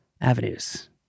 avenues